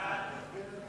סעיף 21,